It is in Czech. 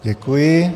Děkuji.